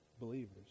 believers